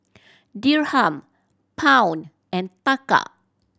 Dirham Pound and Taka